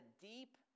deep